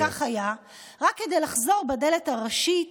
-- וכך היה, רק כדי לחזור בדלת הראשית